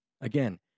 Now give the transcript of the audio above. Again